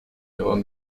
egon